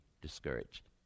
discouraged